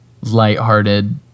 lighthearted